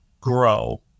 grow